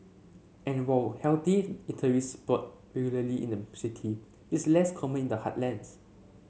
and while healthy eateries sprout regularly in the city it's less common in the heartlands